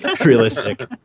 realistic